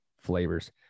flavors